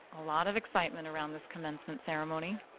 a lot of excitement around this commencement ceremony.